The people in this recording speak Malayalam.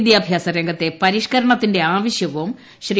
വിദ്യാഭ്യാസ രംഗത്തെ പരിഷ്ക്കരണത്തിന്റെ ആവശ്യവും ശ്രീ